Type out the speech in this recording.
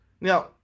Now